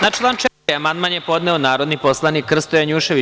Na član 4. amandman je podneo narodni poslanik Krsto Janjušević.